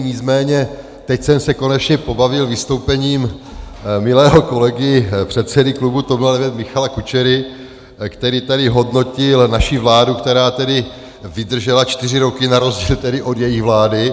Nicméně teď jsem se konečně pobavil vystoupením milého kolegy předsedy klubu TOP 09 Michala Kučery, který tady hodnotil naši vládu, která tedy vydržela čtyři roky na rozdíl od jejich vlády.